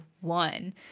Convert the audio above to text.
one